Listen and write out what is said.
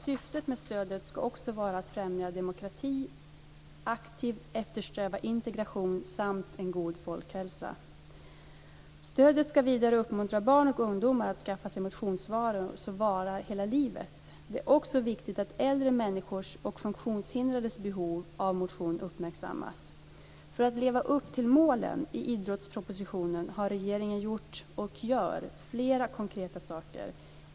Syftet med stödet ska också vara att främja demokrati, aktivt eftersträva integration samt en god folkhälsa. Stödet ska vidare uppmuntra barn och ungdomar att skaffa sig motionsvanor som varar hela livet. Det är också viktigt att äldre människors och funktionshindrades behov av motion uppmärksammas. För att leva upp till målen i idrottspropositionen har regeringen gjort, och gör, flera konkreta saker.